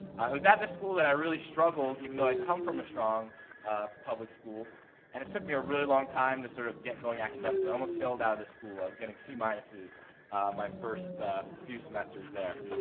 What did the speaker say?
i was at that school that i really struggled, even though i come from a strong public school and it took me a really long time to sort of get going academically. i almost failed out of the school. i was getting c minuses my first few semesters there.